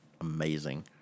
amazing